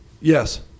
Yes